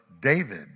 David